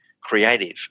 creative